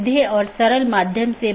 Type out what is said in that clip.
बल्कि कई चीजें हैं